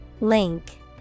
Link